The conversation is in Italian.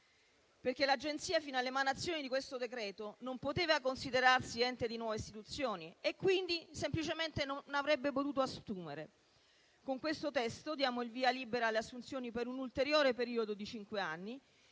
perché l'Agenzia fino all'emanazione di questo decreto non poteva considerarsi ente di nuova istituzione e quindi semplicemente non avrebbe potuto assumere. Con questo testo diamo il via libera alle assunzioni per un ulteriore periodo di cinque anni,